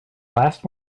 last